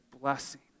blessing